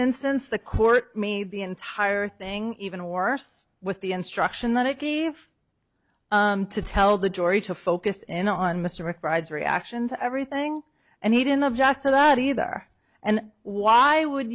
instance the court made the entire thing even worse with the instruction that it gave to tell the jury to focus in on mr mcbride reaction to everything and he didn't object to that either and why would